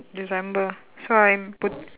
december so I book